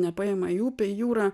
nepaima į upę į jūrą